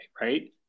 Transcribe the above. right